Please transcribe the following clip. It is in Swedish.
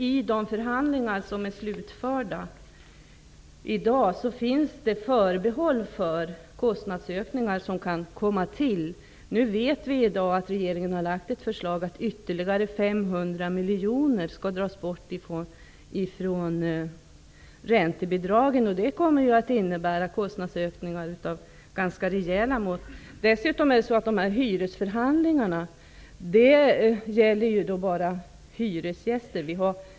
I de förhandlingar som i dag är slutförda finns det förbehåll för kostnadsökningar som kan komma till. I dag vet vi att regeringen har lagt fram ett förslag om att ytterligare 500 miljoner skall dras bort ifrån räntebidragen. Det kommer att innebära kostnadsökningar av ganska rejäla mått. Dessutom gäller hyresförhandlingarna bara hyresgäster.